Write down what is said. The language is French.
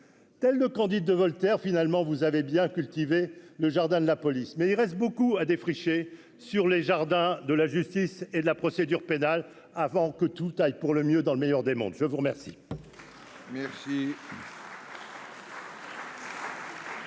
telle de Candide de Voltaire, finalement, vous avez bien cultiver le jardin de la police, mais il reste beaucoup à défricher sur les jardins de la justice et de la procédure pénale avant que tout aille pour le mieux dans le meilleur des mondes, je vous remercie.